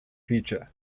future